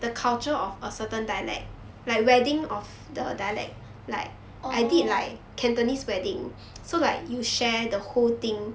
orh